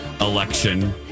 election